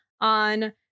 on